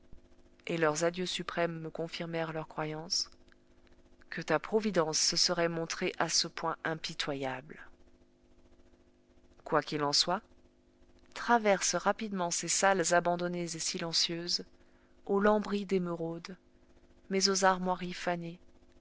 croyance que ta providence se serait montrée à ce point impitoyable quoi qu'il en soit traverse rapidement ces salles abandonnées et silencieuses aux lambris d'émeraude mais aux armoiries fanées